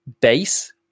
base